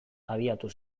abiatu